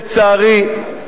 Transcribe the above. לצערי,